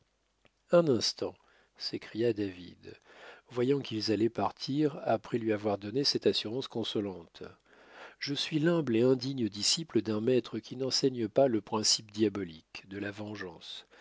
un instant s'écria david voyant qu'ils allaient partir après lui avoir donné cette assurance consolante je suis lhumble et indigne disciple d'un maître qui n'enseigne pas le principe diabolique de la vengeance